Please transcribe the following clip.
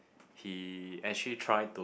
he actually try to